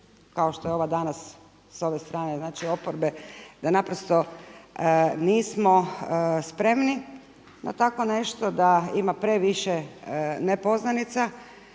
kao što je ova danas s ove strane oporbe, da naprosto nismo spremni na takvo nešto, da ima previše nepoznanica